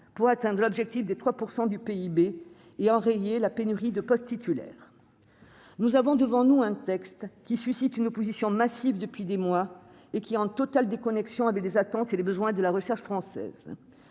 pour atteindre l'objectif des 3 % du PIB et enrayer la pénurie de postes titulaires. Nous avons donc devant nous un texte qui suscite une opposition massive depuis des mois et qui est en totale déconnexion avec les attentes et les besoins de la recherche française.